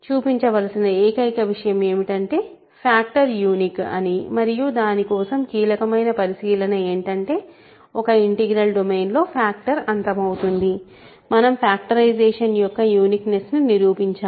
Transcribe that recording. చూపించవలసిన ఏకైక విషయం ఏమిటంటే ఫ్యాక్టర్ యూనిక్ అని మరియు దాని కోసం కీలకమైన పరిశీలన ఏంటంటే ఒక ఇంటిగ్రల్ డొమైన్లో ఫ్యాక్టర్ అంతమవుతుంది మనం ఫ్యాక్టరైజేషన్ యొక్క యూనిక్నెస్ ని నిరూపించాలి